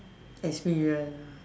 experience